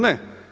Ne!